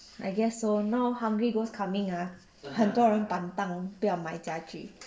I guess so now hungry ghost coming ah 很多人 pantang 不要买家具